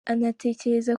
anatekereza